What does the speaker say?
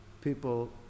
people